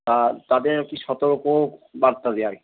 হ্যাঁ তাদের আর কি সতর্কবার্তা দেয়া আর কি